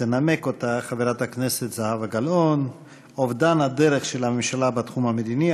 תנמק אותה חברת הכנסת זהבה גלאון: אובדן הדרך של הממשלה בתחום המדיני,